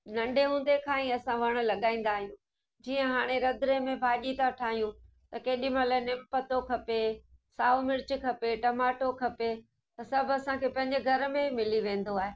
नंढे हूंदे खां ई असां वण लॻाईंदा आहियूं जीअं हाणे रंधिणे में भाॼी था ठाहियूं त केॾीमहिल नीम पतो खपे साओ मिर्चु खपे टमाटो खपे त सभु असांखे पंहिंजे घर में मिली वेंदो आहे